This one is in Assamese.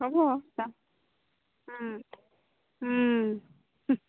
হ'ব যাম